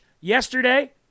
yesterday